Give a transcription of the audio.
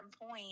point